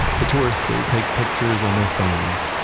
the tourists still take pictures on their phones,